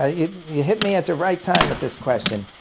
ah you you hit me at the right time with this question.